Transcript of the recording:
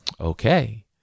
okay